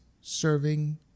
serving